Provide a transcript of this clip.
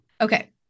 okay